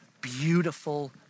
beautiful